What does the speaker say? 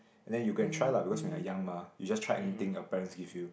then you go and try lah because when your young mah you just tried anything your parents give you